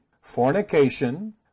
fornication